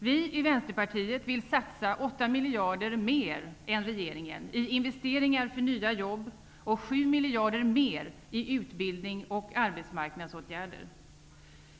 Vi i Vänsterpartiet vill satsa 8 miljarder mer än regeringen i investeringar för nya jobb och 7 miljarder mer i utbildning och arbetsmarknadsåtgärder.